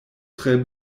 tre